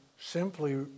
simply